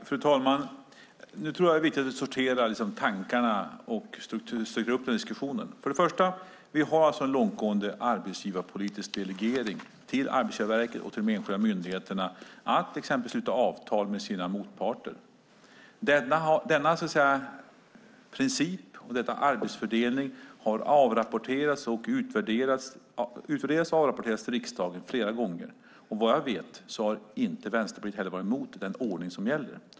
Fru talman! Nu tror jag att det är viktigt att sortera tankarna och styra upp den här diskussionen. För det första har vi alltså en långtgående arbetsgivarpolitisk delegering till Arbetsgivarverket och till de enskilda myndigheterna att exempelvis sluta avtal med sina motparter. Denna princip och arbetsfördelning har utvärderats och avrapporterats till riksdagen flera gånger, och vad jag vet har inte Vänsterpartiet heller varit emot den ordning som gäller.